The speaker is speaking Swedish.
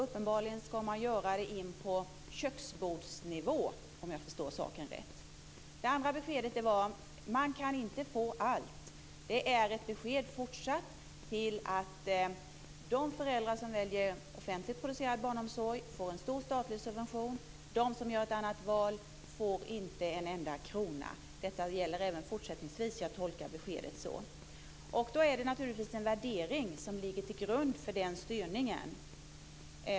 Uppenbarligen ska man göra det inpå köksbordsnivå, om jag förstår saken rätt. Det andra beskedet var att man inte kan få allt. Det är ett besked, fortsatt, att de föräldrar som väljer offentligt producerad barnomsorg får del av en stor statlig subvention. De som gör ett annat val får inte en enda krona. Detta gäller även fortsättningsvis. Jag tolkar beskedet så. Det är naturligtvis en värdering som ligger till grund för den styrningen.